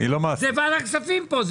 זאת ועדת הכספים פה,